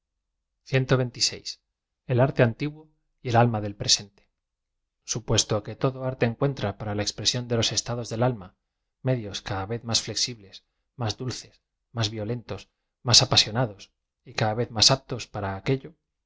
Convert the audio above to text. l art antiguo y el alma del presenie supuesto que todo arte encuentra para la expre síón de los estados de alm a medios cada y e z más fle xibles más dulces más violentos más apasionados y cada v e z más aptos para aquello